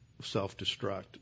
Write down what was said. self-destruct